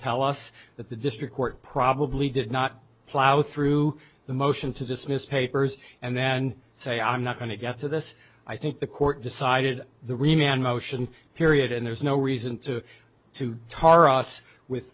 tell us that the district court probably did not plow through the motion to dismiss papers and then say i'm not going to get to this i think the court decided the reno and motion period and there's no reason to to taurus with